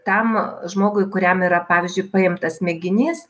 tam žmogui kuriam yra pavyzdžiui paimtas mėginys